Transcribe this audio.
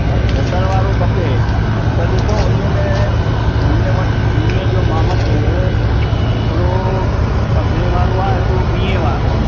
ब बसरु वारो खपे त ॾिसो उन्हीअ में उन्हीअ वटि उन्हीअ जो मां वटि हिकिड़ो पंद्रह वारो आहे हिकिड़ो वीह वारो आहे